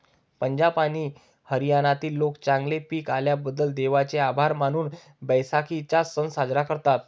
पंजाब आणि हरियाणातील लोक चांगले पीक आल्याबद्दल देवाचे आभार मानून बैसाखीचा सण साजरा करतात